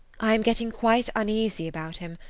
i am getting quite uneasy about him,